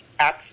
apps